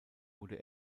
wurde